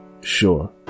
Sure